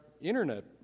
internet